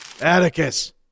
Atticus